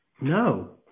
No